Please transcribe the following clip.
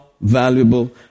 valuable